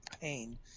pain